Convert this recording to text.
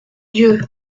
dieu